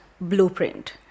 blueprint